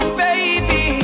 baby